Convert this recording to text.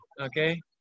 okay